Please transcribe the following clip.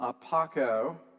paco